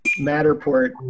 Matterport